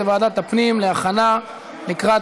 לוועדת הפנים והגנת הסביבה נתקבלה.